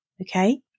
Okay